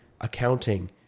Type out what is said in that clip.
accounting